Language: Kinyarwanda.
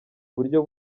uburyo